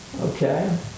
Okay